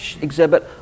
exhibit